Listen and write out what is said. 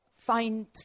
Find